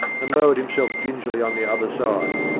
and lowered himself gingerly on the other side.